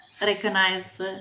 recognize